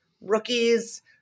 rookies